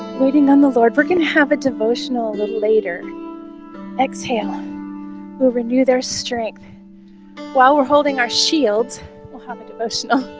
waiting on the lord we can have a devotional little later exhale and will renew their strength while we're holding our shields we'll have a devotional